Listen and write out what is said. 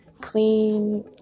clean